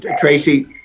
Tracy